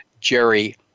Jerry